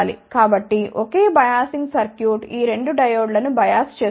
కాబట్టి ఒకే biasing circuit ఈ రెండు డయోడ్లను బయాస్ చేస్తుంది